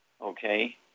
okay